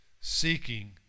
seeking